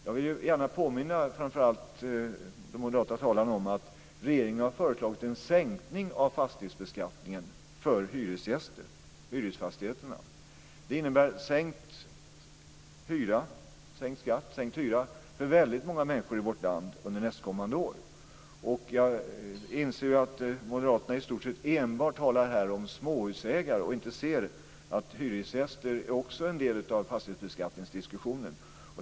Jag vill gärna påminna framför allt de moderata talarna om att regeringen har föreslagit en sänkning av fastighetsbeskattningen för hyresgäster, alltså för hyresfastigheterna. Det innebär sänkt skatt - sänkt hyra - för väldigt många människor i vårt land under kommande år. Jag inser att moderaterna i stort sett enbart talar om småhusägare här. De ser inte att hyresgäster också är en del av diskussionen om fastighetsbeskattningen.